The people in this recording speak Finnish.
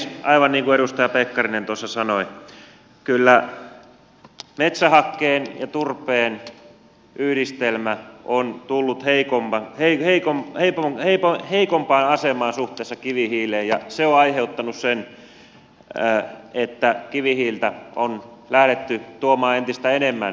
aivan niin kuin edustaja pekkarinen tuossa sanoi kyllä metsähakkeen ja turpeen yhdistelmä on tullut heikommat ei heikon heikon heikot heikompaan asemaan suhteessa kivihiileen ja se on aiheuttanut sen että kivihiiltä on lähdetty tuomaan entistä enemmän suomeen